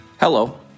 Hello